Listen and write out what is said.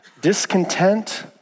discontent